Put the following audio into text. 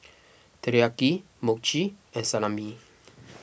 Teriyaki Mochi and Salami